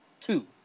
two